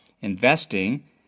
investing